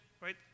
right